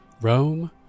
Rome